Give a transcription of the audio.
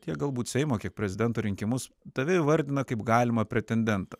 tiek galbūt seimo kiek prezidento rinkimus tave įvardina kaip galimą pretendentą